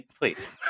Please